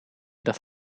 dat